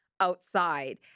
Outside